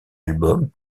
albums